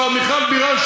מיכל בירן,